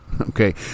Okay